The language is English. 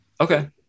Okay